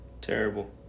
Terrible